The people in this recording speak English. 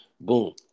boom